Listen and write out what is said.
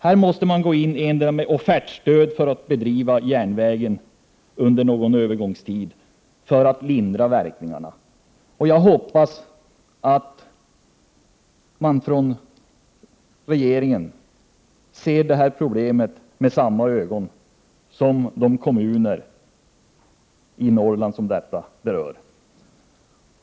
Man måste gå in med offertstöd för att driva järnvägen under någon övergångstid i syfte att lindra verkningarna. Jag hoppas att regeringen ser det här problemet med samma ögon som de kommuner i Norrland som nu berörs.